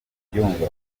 ubyumva